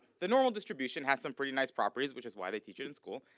the normal distribution has some pretty nice properties which is why they teach it in school,